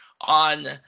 on